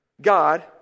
God